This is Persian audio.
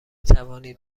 توانید